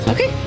Okay